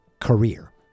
career